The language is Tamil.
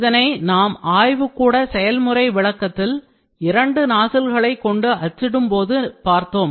இதனை நாம் ஆய்வுகூட செயல்முறை விளக்கத்தில் இரண்டு நாசில்களை கொண்டு அச்சிடும் போது பார்த்தோம்